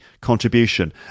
contribution